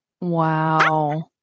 Wow